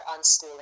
unschooling